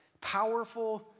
powerful